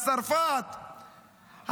צרפת,